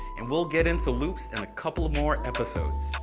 and we'll get into loops in a couple of more episodes.